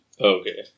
Okay